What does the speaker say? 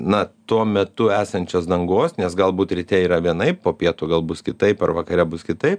na tuo metu esančios dangos nes galbūt ryte yra vienaip po pietų gal bus kitaip ar vakare bus kitaip